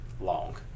long